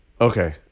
Okay